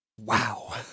wow